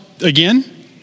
again